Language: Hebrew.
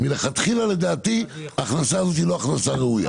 מבחינתי ההכנסה הזאת היא הכנסה לא ראויה.